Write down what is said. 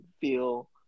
feel